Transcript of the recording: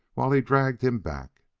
while he dragged him back.